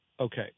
Okay